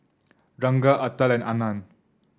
Ranga Atal and Anand